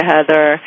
Heather